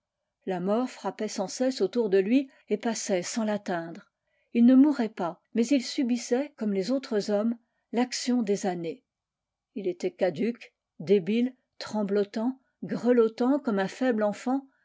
la mort frappait sans cesse autour de lui et passait sans l'atteindre il ne mourait pas mais il subissait comme les autres hommes l'action des années il était caduc débile tremblotant grelottant comme un faible enfant